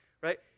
right